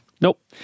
Nope